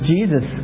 Jesus